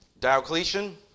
Diocletian